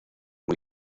muy